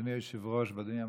אדוני היושב-ראש ואדוני המבקר,